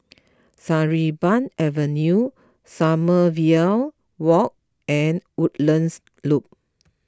Sarimbun Avenue Sommerville Walk and Woodlands Loop